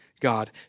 God